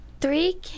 three